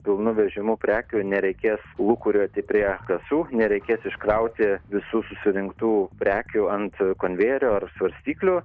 pilnu vežimu prekių nereikės lūkuriuoti prie kasų nereikės iškrauti visų susirinktų prekių ant konvejerio ar svarstyklių